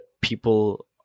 people